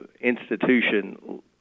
institution